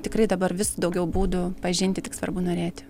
tikrai dabar vis daugiau būdų pažinti tik svarbu norėti